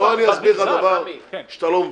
אסביר לך דבר שאתה לא מבין.